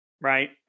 right